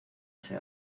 ese